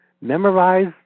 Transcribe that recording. memorize